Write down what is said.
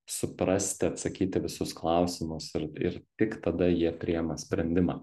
suprasti atsakyt į visus klausimus ir ir tik tada jie priema sprendimą